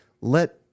Let